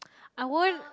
I won't